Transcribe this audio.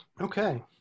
Okay